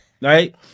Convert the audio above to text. Right